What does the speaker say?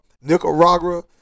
Nicaragua